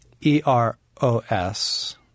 e-r-o-s